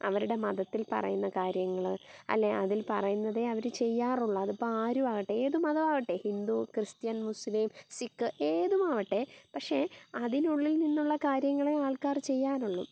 അവരുടെ മതത്തിൽ പറയുന്ന കാര്യങ്ങൾ അല്ലേ അതിൽ പറയുന്നതേ അവർ ചെയ്യാറുള്ളൂ അതിപ്പം ആരുമാകട്ടെ ഏത് മതവുമാകട്ടെ ഹിന്ദു ക്രിസ്ത്യൻ മുസ്ലിം സിക്ക് ഏതുമാവട്ടെ പക്ഷേ അതിനുള്ളിൽ നിന്നുള്ള കാര്യങ്ങളെ ആൾക്കാർ ചെയ്യാനുള്ളൂ